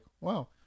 wow